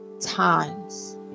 times